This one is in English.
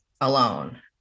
alone